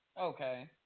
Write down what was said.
Okay